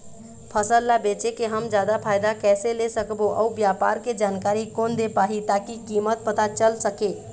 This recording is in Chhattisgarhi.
फसल ला बेचे के हम जादा फायदा कैसे ले सकबो अउ व्यापार के जानकारी कोन दे पाही ताकि कीमत पता चल सके?